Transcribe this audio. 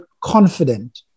confident